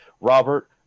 Robert